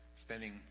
spending